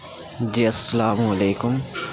جی السلام علیکم